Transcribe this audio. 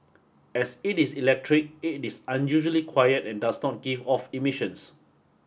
as it is electric it is unusually quiet and does not give off emissions